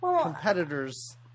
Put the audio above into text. competitors